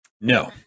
No